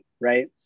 right